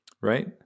right